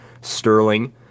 Sterling